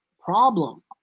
problem